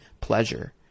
pleasure